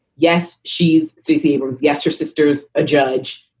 yes. she's suzi abrams. yes. her sister's a judge.